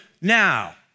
now